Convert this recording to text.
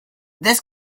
this